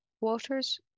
Waters